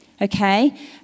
okay